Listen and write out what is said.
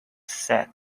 set